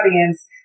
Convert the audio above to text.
audience